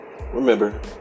Remember